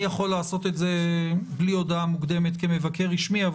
אני יכול לעשות את זה בלי הודעה מוקדמת כמבקר רשמי אבל